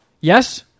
Yes